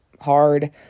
hard